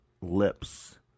lips